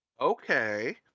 Okay